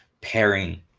pairing